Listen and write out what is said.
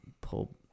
pull